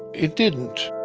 it didn't.